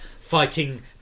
fighting